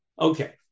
Okay